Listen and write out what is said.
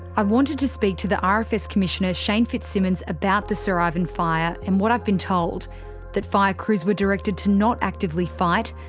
i wanted to speak to the um rfs commissioner shane fitzsimmons about the sir ivan fire and what i've been told that fire crews were directed to not actively fight,